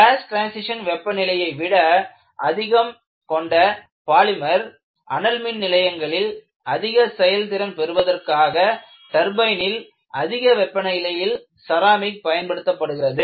class transition வெப்பநிலையை விட அதிகம் கொண்ட பாலிமர் அனல் மின் நிலையங்களில் அதிக செயல்திறன் பெறுவதற்காக டர்பைனில் அதிக வெப்பநிலையில் செராமிக் பயன்படுத்தப்படுகிறது